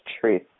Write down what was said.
truth